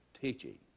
teaching